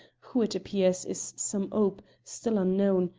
who, it appears, is some ope, still unknown,